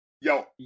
Yo